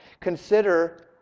Consider